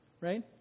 Right